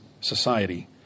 society